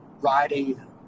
riding